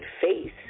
face